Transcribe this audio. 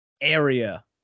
area